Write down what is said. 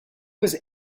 was